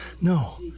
No